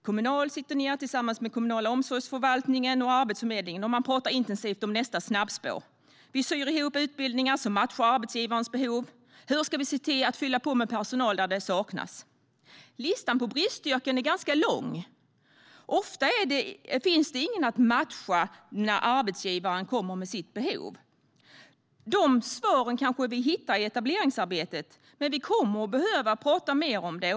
Kommunal sitter ned tillsammans med den kommunala omsorgsförvaltningen och Arbetsförmedlingen, och man talar intensivt om nästa snabbspår. Man syr ihop utbildningar som matchar arbetsgivarens behov. Man ställer frågan: Hur ska vi se till att fylla på med personal där sådan saknas? Listan på bristyrken är ganska lång. Ofta finns det ingen att matcha när arbetsgivaren har ett behov. Dessa svar kanske vi hittar i etableringsarbetet. Men vi kommer att behöva tala mer om det.